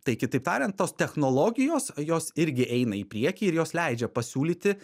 tai kitaip tariant tos technologijos jos irgi eina į priekį ir jos leidžia pasiūlyti